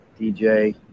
DJ